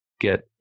get